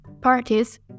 parties